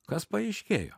kas paaiškėjo